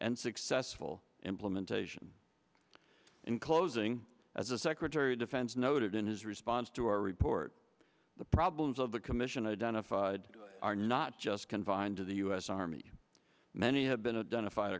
and successful implementation and closing as a secretary of defense noted in his response to our report the problems of the commission identified are not just confined to the u s army many have been undone a fight